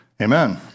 Amen